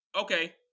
okay